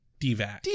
Dvac